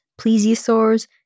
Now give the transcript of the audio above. Plesiosaurs